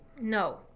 No